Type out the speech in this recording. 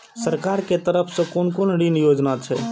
सरकार के तरफ से कोन कोन ऋण योजना छै?